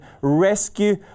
Rescue